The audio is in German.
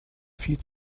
viel